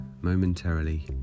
momentarily